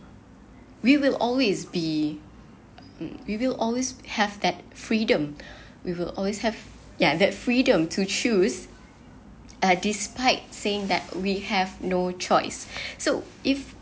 we will always be mm we will always have that freedom we will always have ya that freedom to choose uh despite saying that we have no choice so if